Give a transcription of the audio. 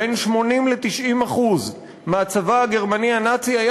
בין 80% ל-90% מהצבא הגרמני הנאצי היה